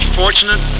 fortunate